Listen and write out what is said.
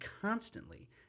constantly